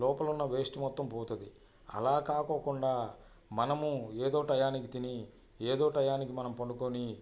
లోపల ఉన్న వేస్ట్ మొత్తం పోతుంది అలా కాకోకుండా మనము ఏదో టయానికి తిని ఏదో టయానికి మనం పడుకుని